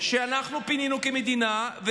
שאנחנו כמדינה פינינו,